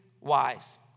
wise